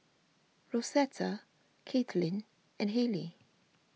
Rosetta Kaitlyn and Halle